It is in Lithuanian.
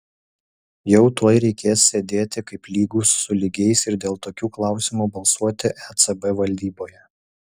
jau tuoj reikės sėdėti kaip lygūs su lygiais ir dėl tokių klausimų balsuoti ecb valdyboje